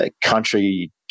country